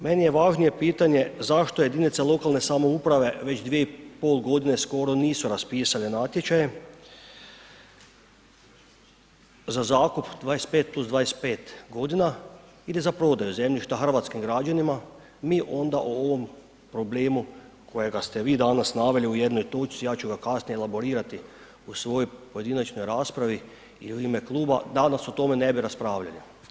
Meni je važnije pitanje zašto jedinice lokalne samouprave već 2,5.g. skoro nisu raspisale natječaj za zakup 25+25.g. ili za prodaju zemljišta hrvatskim građanima, mi onda o ovome problemu kojega ste vi danas naveli u jednoj točci, ja ću ga kasnije elaborirati u svojoj pojedinačnoj raspravi i u ime kluba, danas o tome ne bi raspravljali.